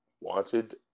Wanted